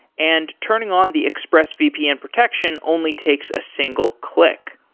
and turning on the exprsesvpn protection only takes a single click.